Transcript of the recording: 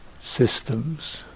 systems